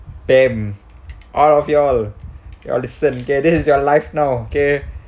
bam all of y'all you all listen K this is your life now K